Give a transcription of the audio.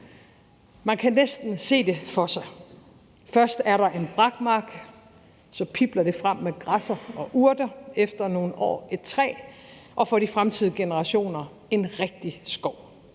Man kan næsten se det for sig: Først er der en brakmark, så pibler det frem med græsser og urter og efter nogle år et træ, og for de fremtidige generationer vil det